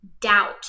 doubt